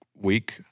Week